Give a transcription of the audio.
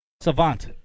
savant